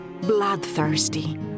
bloodthirsty